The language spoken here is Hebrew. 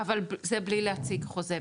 אבל זה בלי להציג חוזה,